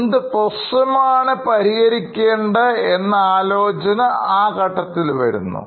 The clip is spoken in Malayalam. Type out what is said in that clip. എന്ത് പ്രശ്നമാണ് പരിഹരിക്കേണ്ടത് എന്ന ആലോചന ആ ഘട്ടത്തിൽവരുന്നു